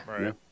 Right